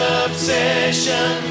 obsession